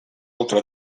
altra